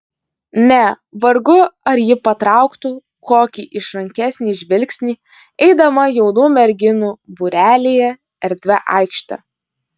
ne vargu ar ji patrauktų kokį išrankesnį žvilgsnį eidama jaunų merginų būrelyje erdvia aikšte